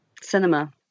cinema